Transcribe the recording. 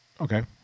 Okay